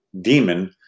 demon